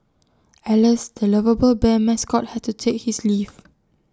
alas the lovable bear mascot had to take his leave